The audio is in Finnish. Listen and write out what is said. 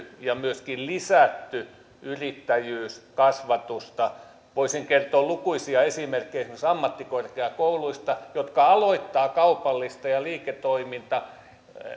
ja myöskin lisänneet yrittäjyyskasvatusta voisin kertoa lukuisia esimerkkejä ammattikorkeakouluista jotka aloittavat kaupallista ja liiketoimintatutkintoa